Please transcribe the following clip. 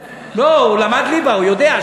לא, הוא למד ליבה, הוא יודע.